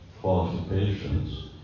qualifications